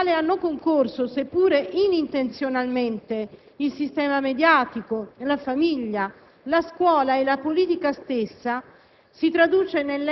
È questo il ruolo che abbiamo il dovere di riguadagnare all'istituzione scolastica. Un ruolo che è culturale e, nello stesso tempo, sociale.